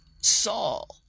Saul